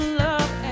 love